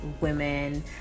women